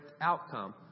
outcome